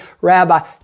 rabbi